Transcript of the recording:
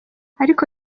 ariko